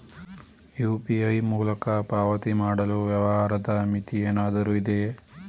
UPI ಮೂಲಕ ಪಾವತಿ ಮಾಡಲು ವ್ಯವಹಾರದ ಮಿತಿ ಏನಾದರೂ ಇದೆಯೇ?